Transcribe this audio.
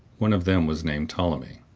one of them was named ptolemy.